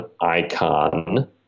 Icon